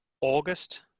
August